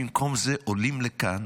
במקום זה עולים לכאן